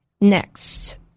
Next